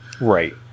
Right